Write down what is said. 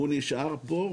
הוא נשאר פה,